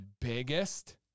biggest